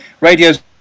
Radio's